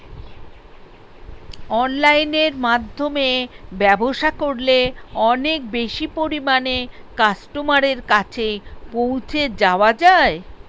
অনলাইনের মাধ্যমে ব্যবসা করলে অনেক বেশি পরিমাণে কাস্টমারের কাছে পৌঁছে যাওয়া যায়?